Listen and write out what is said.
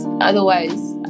otherwise